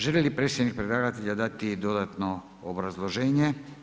Želi li predstavnik predlagatelja dati dodatno obrazloženje?